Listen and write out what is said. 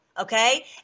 Okay